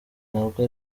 ntabwo